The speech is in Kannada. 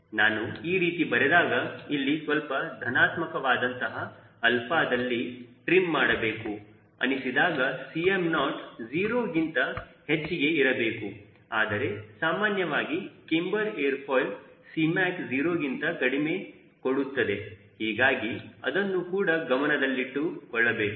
ನಾನು ಈ ರೀತಿ ಬರೆದಾಗ ಇಲ್ಲಿ ಸ್ವಲ್ಪ ಧನಾತ್ಮಕವಾದಂತಹ ಅಲ್ಪದಲ್ಲಿ ಟ್ರಿಮ್ ಮಾಡಬೇಕು ಅನಿಸಿದಾಗ Cm0 0ಗಿಂತ ಹೆಚ್ಚಿಗೆ ಇರಬೇಕು ಆದರೆ ಸಾಮಾನ್ಯವಾಗಿ ಕ್ಯಾಮ್ಬರ್ ಏರ್ ಫಾಯಿಲ್ Cmac 0ಗಿಂತ ಕಡಿಮೆ ಕೊಡುತ್ತದೆ ಹೀಗಾಗಿ ಅದನ್ನು ಕೂಡ ಗಮನದಲ್ಲಿಟ್ಟುಕೊಳ್ಳಬೇಕು